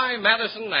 Madison